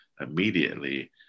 immediately